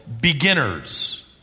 beginners